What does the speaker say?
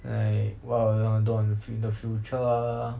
like what I wouldn't I want to do on the in the future